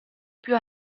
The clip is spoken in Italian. più